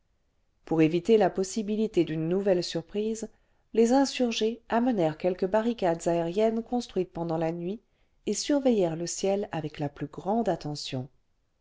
pour éviter la possibilité d'une nouvelle surprise les insurgés amenèrent quelques barricades aériennes construites pendant la nuit et surveillèrent le ciel avec la plus grande attention